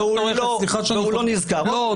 סליחה --- והוא לא נזכר --- לא,